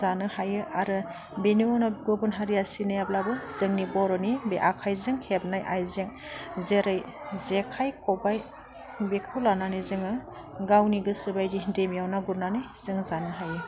जानो हायो आरो बिनि उनाव गुबन हारिया सिनायाब्लाबो जोंनि बर'नि बे आखाइजों हेबनाय आयजें जेरै जेखाय खबाइ बेखौ लानानै जोङो गावनि गोसोबायदि दैमायाव ना गुरनानै जोङो जानो हायो